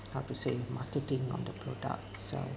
how to say marketing on the product so